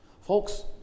Folks